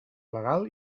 legal